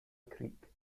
creek